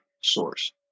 source